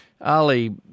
Ali